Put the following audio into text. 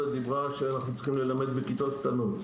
דיברה על כך שאנחנו צריכים ללמד בכיתות קטנות.